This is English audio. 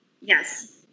yes